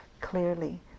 clearly